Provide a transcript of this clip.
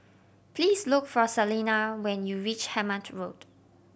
please look for Salina when you reach Hemmant Road